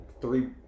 Three